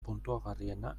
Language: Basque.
puntuagarriena